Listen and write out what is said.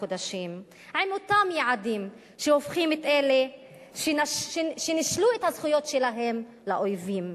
חודשים עם אותם יעדים שהופכים את אלה שנישלו את הזכויות שלהם לאויבים.